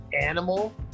animal